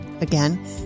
Again